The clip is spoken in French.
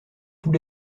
tous